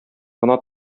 гына